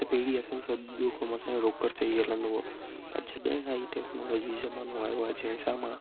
त पहिरीं असां सभ जो कमु असांजो रोकड़ ते ई हलंदो पर जॾहिं खां ई टैक्नोलॉजी जो ज़मानो आहियो आहे जंहिं सां मां